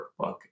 workbook